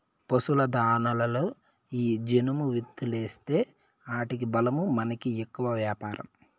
పశుల దాణాలలో ఈ జనుము విత్తూలేస్తీ ఆటికి బలమూ మనకి ఎక్కువ వ్యాపారం